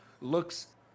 looks